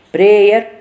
Prayer